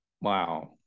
Wow